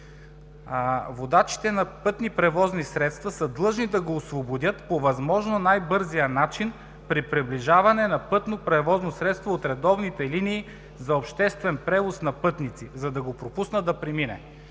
водачите на пътни превозни средства са длъжни да го освободят по възможно най-бързия начин при приближаване на пътно превозно средство от редовните линии за обществен превоз на пътници, за да го пропуснат да премине.“